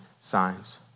signs